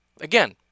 Again